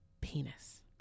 penis